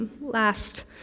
last